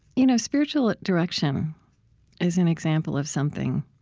you know spiritual direction is an example of something,